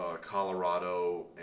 Colorado